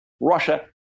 Russia